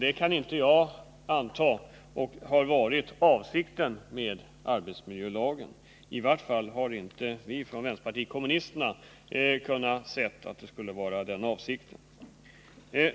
Jag kan inte tro att detta varit avsikten med arbetsmiljölagen. I vart fall har inte vi från vänsterpartiet kommunisterna tänkt oss att detta kan ha varit avsikten.